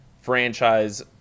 franchise